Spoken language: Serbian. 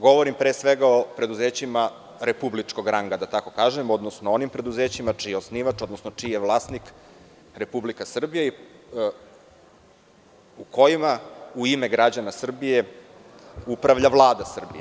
Govorim pre svega o preduzećima republičkog ranga, odnosno onim preduzećima čiji je osnivač, odnosno čiji je vlasnik Republika Srbija u kojima, u ime građana Srbije, upravlja Vlada Srbije.